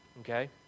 Okay